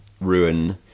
Ruin